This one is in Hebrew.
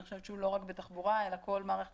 אני חושבת שהוא לא רק בתחבורה אלא כל מערכת